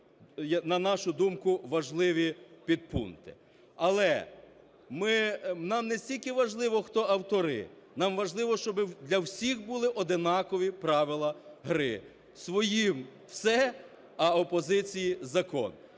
на нашу думку, важливі підпункти. Але нам не стільки важливо, хто автори, нам важливо, щоб для всіх були одинакові правила гри. Своїм – все, а опозиції – закон.